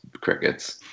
crickets